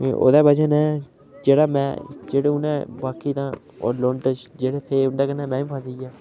में ओह्दी वजह् ने जेह्ड़ा में जेहड़े उ'नें बाकी न ओह् लुण्ड जेह्ड़े थे उंदे कन्नै में बी फसी गेआ